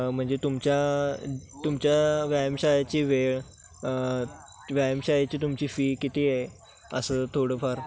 म्हणजे तुमच्या तुमच्या व्यायामशाळेची वेळ व्यायामशाळेची तुमची फी किती आहे असं थोडंफार